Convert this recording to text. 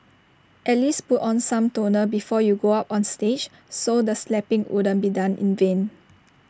at least put on some toner before you go up on stage so the slapping wouldn't be done in vain